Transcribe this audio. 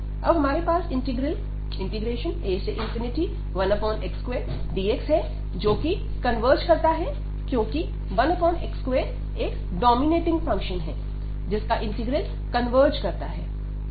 अब हमारे पास इंटीग्रल a1x2dx है जोकि कन्वर्ज करता है क्योंकि 1x2 एक डोमिनेटिंग फंक्शन है जिसका इंटीग्रल कन्वर्ज करता है